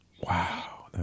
Wow